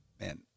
man